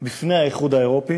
בפני האיחוד האירופי